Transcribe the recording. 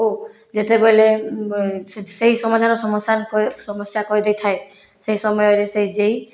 ଓ ଯେତେବେଳେ ସେ ସେହି ସମାଧାନ ସମସ୍ୟା କରିଦେଇଥାଏ ସେହି ସମୟରେ ସେହି ଜେଇ